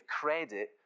credit